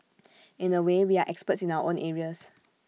in A way we are experts in our own areas